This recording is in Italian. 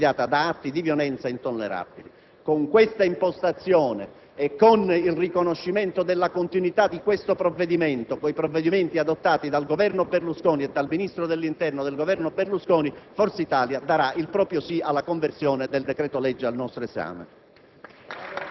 della tranquillità del nostro sport ma, soprattutto, nell'interesse della società che viene falcidiata da atti di violenza intollerabili. Con questa impostazione e con il riconoscimento della continuità di questo provvedimento con quelli adottati dal precedente Governo Berlusconi e dal Ministro dell'interno di quello stesso